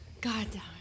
Goddamn